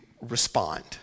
respond